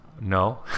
No